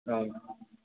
ꯑꯥ